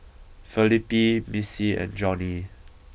Felipe Missie and Johnnie